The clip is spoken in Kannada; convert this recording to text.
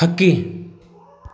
ಹಕ್ಕಿ